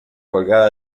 colgada